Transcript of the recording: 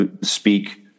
speak